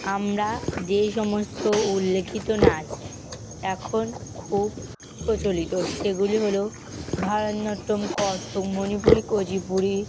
আমরা যেই সমস্ত উল্লিখিত নাচ এখন খুব প্রচলিত সেগুলি হলো ভারতনাট্যম কত্থক মণিপুরি কুচিপুড়ি